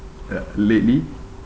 uh lately